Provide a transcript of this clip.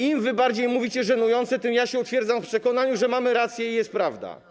Im wy bardziej mówicie „żenujące”, tym ja się utwierdzam w przekonaniu, że mamy rację i że to jest prawda.